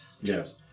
Yes